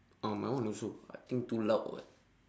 oh my one also I think too loud or what